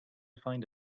find